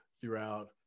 throughout